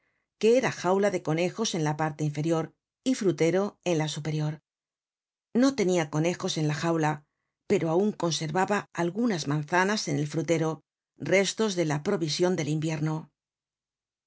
que era jaula de conejos en la parte inferior y frutero en la superior no tenia conejos en la jaula pero aun conservaba algunas manzanas en el frutero restos de la provision del invierno